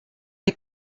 die